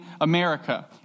America